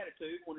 attitude